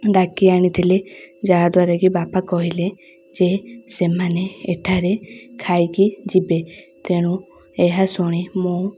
ଡାକି ଆଣିଥିଲେ ଯାହାଦ୍ୱାରା କି ବାପା କହିଲେ ଯେ ସେମାନେ ଏଠାରେ ଖାଇକି ଯିବେ ତେଣୁ ଏହା ଶୁଣି ମୁଁ